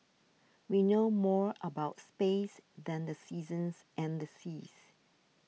we know more about space than the seasons and the seas